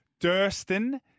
Durston